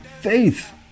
faith